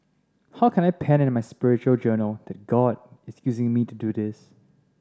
how can I pen in my spiritual journal that God is using me to do this